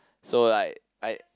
so like I